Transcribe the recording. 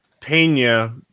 Pena –